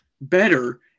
better